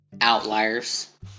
Outliers